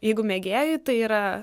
jeigu mėgėjui tai yra